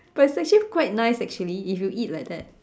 but it's actually quite nice actually if you eat like that